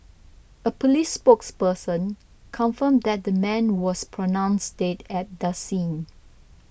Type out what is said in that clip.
a police spokesperson confirmed that the man was pronounced dead at the scene